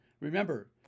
remember